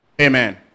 Amen